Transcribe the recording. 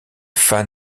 fans